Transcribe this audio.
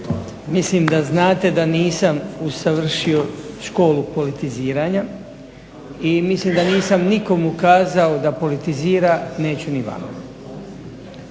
mislim da znate da nisam usavršio školu politiziranja i mislim da nisam nikomu kazao da politizira, neću ni vama.